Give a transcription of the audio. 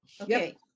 Okay